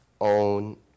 own